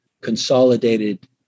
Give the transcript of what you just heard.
consolidated